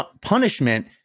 punishment